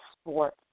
sport